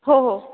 हो हो